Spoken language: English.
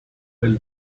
will